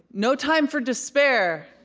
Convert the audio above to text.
no time for despair.